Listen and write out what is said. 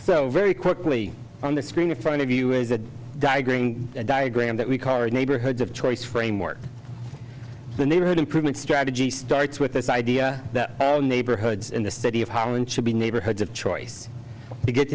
so very quickly on the screen in front of you is a diagram diagram that we current neighborhoods of choice framework the neighborhood improvement strategy starts with this idea that neighborhoods in the city of holland should be neighborhoods of choice to get